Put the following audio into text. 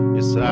Yes